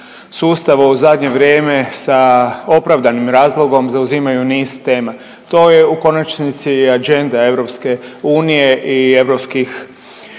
sustava u zadnje vrijeme sa opravdanim razlogom zauzimaju niz tema. To je u konačnici agenda EU i